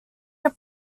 are